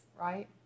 right